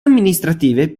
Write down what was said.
amministrative